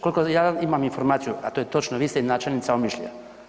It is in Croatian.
Kolko ja imam informaciju, a to je točno, vi ste i načelnica Omišlja.